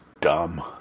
dumb